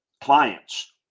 clients